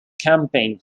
campaign